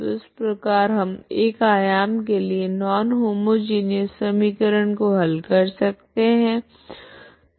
तो इस प्रकार हम 1 आयाम के लिए नॉन होमोजिनिऔस समीकरण को हल कर सकते है